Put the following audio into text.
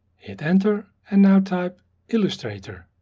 hit enter, and now type illustrator,